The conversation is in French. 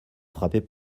frappez